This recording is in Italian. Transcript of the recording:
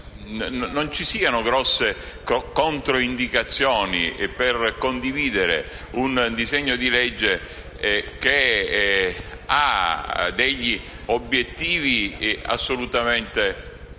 non ci siano grandi controindicazioni nel condividere un disegno di legge che ha degli obiettivi assolutamente meritori.